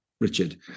Richard